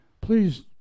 please